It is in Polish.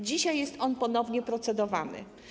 Dzisiaj jest on ponownie procedowany.